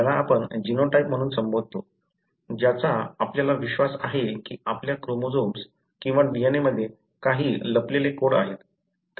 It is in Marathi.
ज्याला आपण जीनोटाइप म्हणून संबोधतो ज्याचा आपल्याला विश्वास आहे की आपल्या क्रोमोझोम्स किंवा DNA मध्ये काही लपलेले कोड आहेत